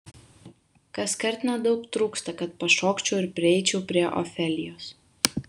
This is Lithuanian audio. kaskart nedaug trūksta kad pašokčiau ir prieičiau prie ofelijos